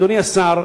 אדוני השר,